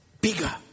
bigger